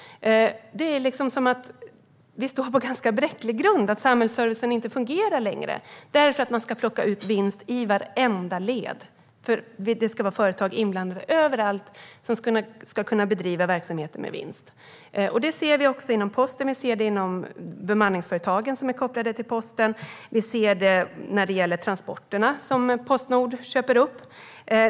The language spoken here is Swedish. Det är som att vi står på en ganska bräcklig grund och att samhällsservicen inte längre fungerar eftersom man ska plocka ut vinst i vartenda led. Det ska överallt vara företag inblandade som ska kunna bedriva verksamheter med vinst. Det ser vi också inom posten. Vi ser det inom de bemanningsföretag som är kopplade till posten. Vi ser det när det gäller de transporter som Postnord köper upp.